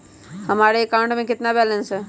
हमारे अकाउंट में कितना बैलेंस है?